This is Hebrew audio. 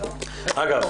אגב,